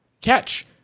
catch